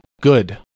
good